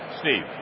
Steve